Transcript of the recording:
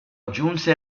giunse